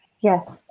Yes